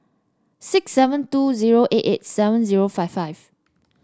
six seven two zero eight eight seven zero five five